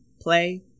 play